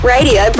Radio